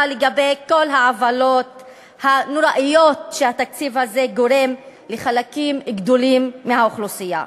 לגבי כל העוולות הנוראיות שהתקציב הזה גורם לחלקים גדולים מהאוכלוסייה.